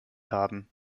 haben